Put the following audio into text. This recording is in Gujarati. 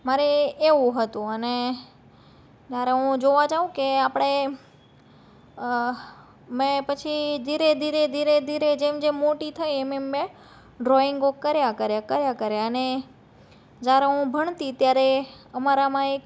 મારે એવું હતું અને મારે હું જોવા જાઉં કે આપણે મેં પાછી ધીરે ધીરે ધીરે જેમ જેમ મોટી થઈ એમ એમ મેં ડ્રોઇંગો કર્યા કર્યા કર્યા કર્યા અને અને જયારે હું ભણતી ત્યારે અમારામાં એક